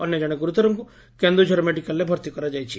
ଅନ୍ୟ ଜଣେ ଗୁରୁତରଙ୍ଙୁ କେନ୍ଦୁଝର ମେଡିକାଲରେ ଭର୍ତ୍ତି କରାଯାଇଛି